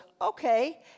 okay